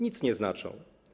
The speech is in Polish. Nic nie znaczą.